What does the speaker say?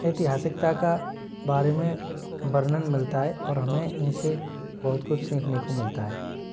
ऐतिहासिकता के बारे में वर्णन मिलता है और हमें इनसे बहुत कुछ सीखने को मिलता है